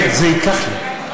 מאיר, זה ייקח לי.